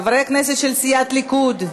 חברי הכנסת של סיעת הליכוד,